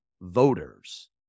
voters